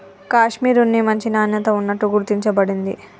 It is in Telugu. కాషిమిర్ ఉన్ని మంచి నాణ్యత ఉన్నట్టు గుర్తించ బడింది